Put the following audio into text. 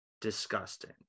Disgusting